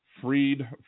freed